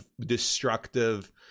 destructive